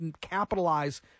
capitalize